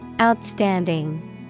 Outstanding